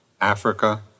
Africa